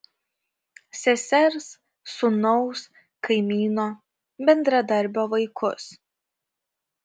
sesers sūnaus kaimyno bendradarbio vaikus